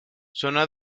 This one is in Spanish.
zona